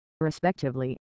respectively